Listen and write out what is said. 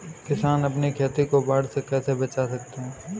किसान अपनी खेती को बाढ़ से कैसे बचा सकते हैं?